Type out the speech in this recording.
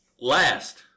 last